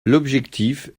l’objectif